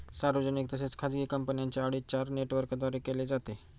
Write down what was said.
सार्वजनिक तसेच खाजगी कंपन्यांचे ऑडिट चार नेटवर्कद्वारे केले जाते